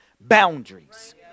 boundaries